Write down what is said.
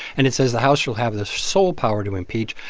and it says the house shall have the sole power to impeach,